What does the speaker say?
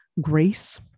grace